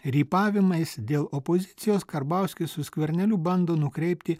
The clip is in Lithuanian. rypavimais dėl opozicijos karbauskis su skverneliu bando nukreipti